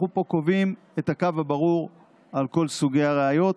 אנחנו פה קובעים את הקו הברור על כל סוגי הראיות,